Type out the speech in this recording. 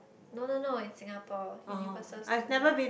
no no no in Singapore Universal-Studios